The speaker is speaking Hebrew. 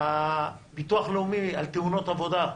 ביטוח הלאומי על תאונות העבודה,